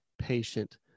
patient